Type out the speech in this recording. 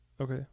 Okay